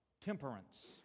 temperance